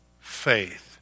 faith